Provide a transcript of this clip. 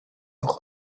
auch